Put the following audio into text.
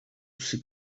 pussy